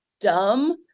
dumb